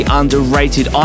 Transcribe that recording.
underrated